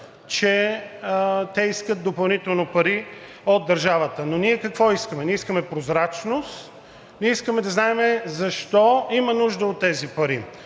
че те искат допълнително пари от държавата. Но ние какво искаме? Ние искаме прозрачност, ние искаме да знаем защо има нужда от тези пари.